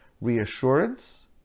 reassurance